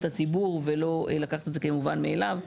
הציבור ולא לקחת את זה כמובן מאליו.